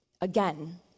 again